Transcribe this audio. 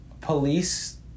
police